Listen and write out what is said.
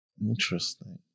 Interesting